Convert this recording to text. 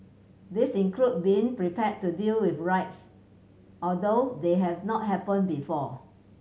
these include being prepared to deal with riots although they have not happened before